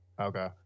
Okay